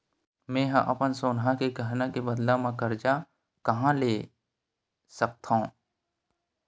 मेंहा अपन सोनहा के गहना के बदला मा कर्जा कहाँ ले सकथव?